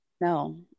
no